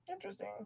Interesting